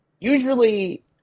Usually